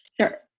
Sure